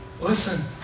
Listen